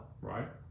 right